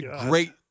great